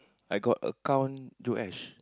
I got account Joash